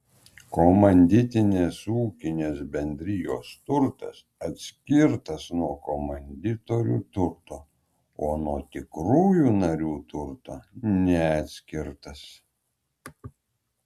komanditinės ūkinės bendrijos turtas atskirtas nuo komanditorių turto o nuo tikrųjų narių turto neatskirtas